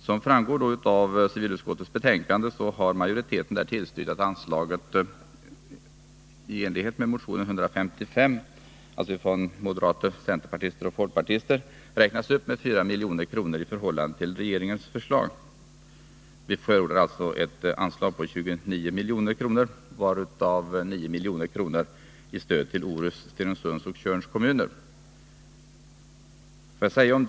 Som framgår av civilutskottets betänkande har utskottsmajoriteten tillstyrkt att anslaget — i enlighet med motion 155 av moderater, centerpartister och folkpartister — räknas upp med 4 milj.kr. i förhållande till regeringens förslag. Vi förordar alltså ett anslag på 29 milj.kr., varav 9 milj.kr. i stöd till Orusts, Stenungsunds och Tjörns kommuner.